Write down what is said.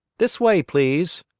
this way, please!